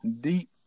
deep